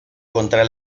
contra